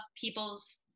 people's